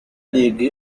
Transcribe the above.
league